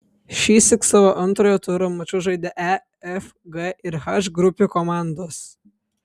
šįsyk savo antrojo turo mačus žaidė e f g ir h grupių komandos